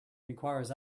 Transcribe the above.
requires